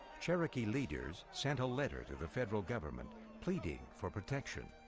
cherokee leaders sent a letter to the federal government pleading for protection.